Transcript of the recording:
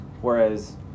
Whereas